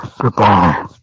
Goodbye